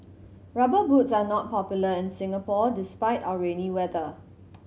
Rubber Boots are not popular in Singapore despite our rainy weather